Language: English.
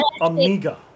Amiga